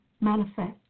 manifest